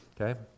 okay